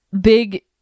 big